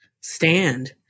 stand